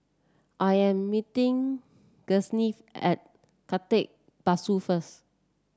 I am meeting Gustav at Khatib Bongsu first